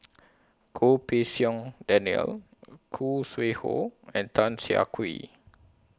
Goh Pei Siong Daniel Khoo Sui Hoe and Tan Siah Kwee